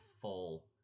full